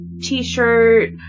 t-shirt